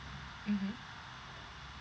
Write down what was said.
mmhmm